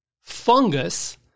fungus